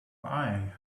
eye